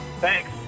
Thanks